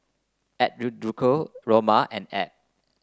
Eduardo Roma and Ebb